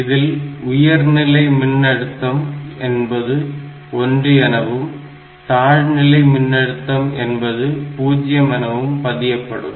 இதில் உயர்நிலை மின்னழுத்தம் என்பது 1 எனவும் தாழ்நிலை மின்னழுத்தம் என்பது 0 எனவும் பதியப்படும்